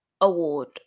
award